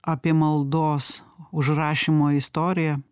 apie maldos užrašymo istoriją